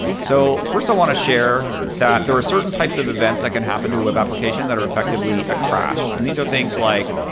so first i want to share that there are certain types of events that can happen to a web application that are effectively a crash. and these are things like